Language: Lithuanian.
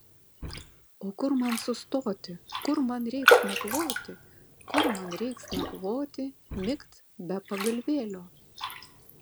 o kur man sustoti kur man reiks nakvoti kur man reiks nakvoti migt be pagalvėlio